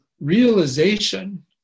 realization